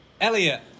Elliot